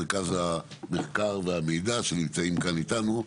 מרכז המחקר והמידע שנמצאים כאן איתנו,